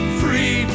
free